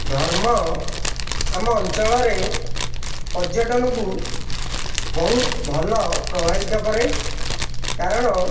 ଧର୍ମ ଆମ ଅଞ୍ଚଳରେ ପର୍ଯ୍ୟଟନକୁ ବହୁତ ଭଲ ପ୍ରଭାବିତ କରେ କାରଣ